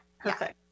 Perfect